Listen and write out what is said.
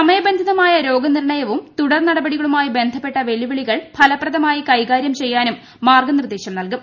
സമയബന്ധിതമായ രോഗനിർണയവും തുടർനടപടികളുമായി ബന്ധപ്പെട്ട വെല്ലുവിളികൾ ഫലപ്രദമായി കൈകാരൃം ചെയ്യാനും മാർഗനിർദേശം നൽകും